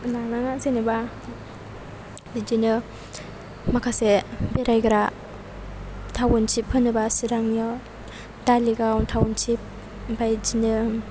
लानाङा जेनेबा बिदिनो माखासे बेरायग्रा टाउनसिप होनोबा चिरांआव दालिगाव टाउनसिप ओमफ्राय बिदिनो